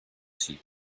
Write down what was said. sheep